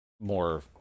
more